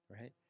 Right